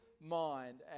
mind